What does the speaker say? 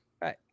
Right